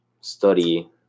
study